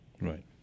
Right